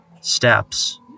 steps